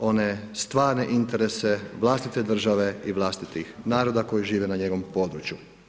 one stvarne interese vlastite države i vlastitih naroda koji žive na njenom području.